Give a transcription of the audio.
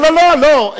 לא, לא.